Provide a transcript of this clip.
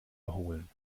erholen